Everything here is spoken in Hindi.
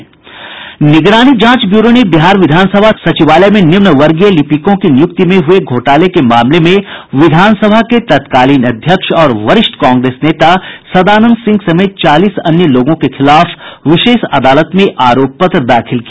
निगरानी जांच ब्यूरो ने बिहार विधानसभा सचिवालय में निम्नवर्गीय लिपिकों की नियुक्ति में हुये घोटाला मामले में विधानसभा के तत्कालीन अध्यक्ष और वरिष्ठ कांग्रेस नेता सदानंद सिंह समेत चालीस अन्य लोगों के खिलाफ विशेष अदालत में आरोप पत्र दाखिल किया